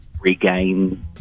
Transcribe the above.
regain